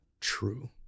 true